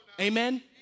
Amen